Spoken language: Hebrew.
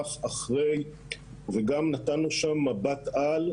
במהלך ואחרי וגם נתנו שם מבט על,